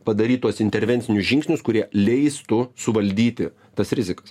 padaryt tuos intervencinius žingsnius kurie leistų suvaldyti tas rizikas